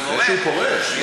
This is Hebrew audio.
אחרי שהוא פורש,